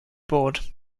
board